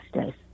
days